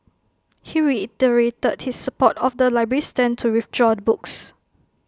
he reiterated his support of the library's stand to withdraw the books